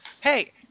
hey